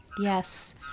yes